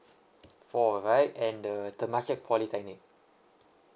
four right and the temasek polytechnic